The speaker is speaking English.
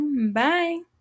Bye